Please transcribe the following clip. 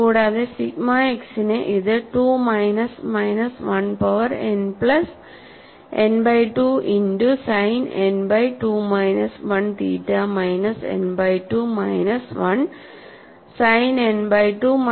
കൂടാതെ sigma x ന് ഇത് 2 minus minus 1 power n plus n by 2 into sine n by 2 minus 1 theta minus n by 2 minus 1 sine n by 2 minus 3 theta ആണ്